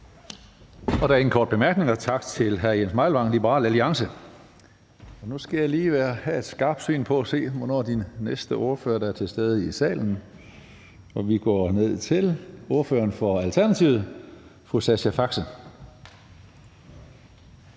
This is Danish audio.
Der er ingen korte bemærkninger. Tak til hr. Jens Meilvang, Liberal Alliance. Nu skal jeg lige have et skarpt syn på, hvem der er den næste ordfører til stede i salen. Vi når til ordføreren for Alternativet, fru Sascha Faxe.